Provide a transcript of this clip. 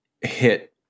hit